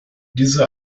diese